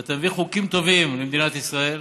ואתה מביא חוקים טובים למדינת ישראל.